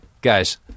guys